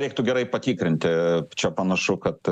reiktų gerai patikrinti čia panašu kad